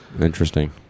Interesting